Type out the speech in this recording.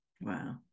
Wow